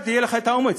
יהיה לך האומץ?